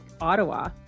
Ottawa